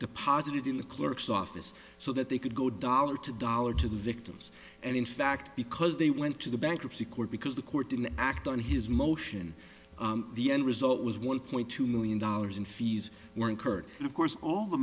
deposited in the clerk's office so that they could no dollar to dollar to the victims and in fact because they went to the bankruptcy court because the court didn't act on his motion the end result was one point two million dollars in fees were incurred and of course all the